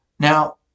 Now